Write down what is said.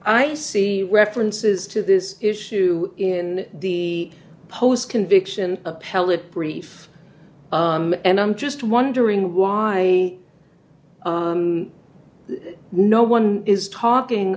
i see references to this issue in the post conviction appellate brief and i'm just wondering why no one is talking